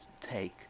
take